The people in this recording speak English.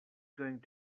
going